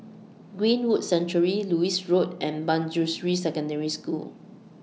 Greenwood Sanctuary Lewis Road and Manjusri Secondary School